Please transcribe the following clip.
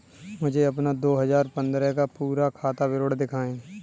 मुझे अपना दो हजार पन्द्रह का पूरा खाता विवरण दिखाएँ?